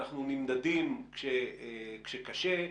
אנחנו נמדדים כאשר קשה,